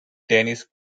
dennis